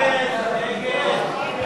הצעת סיעת ש"ס להביע אי-אמון